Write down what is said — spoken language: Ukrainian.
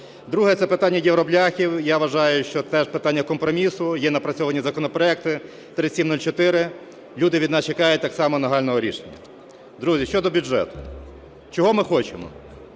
Друге. Це питання "євробляхів". Я вважаю, що теж питання компромісу. Є напрацьовані законопроекти – 3704. Люди від нас чекають так само нагального рішення. Друзі, щодо бюджету. Чого ми хочемо?